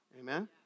Amen